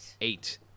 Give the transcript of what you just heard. eight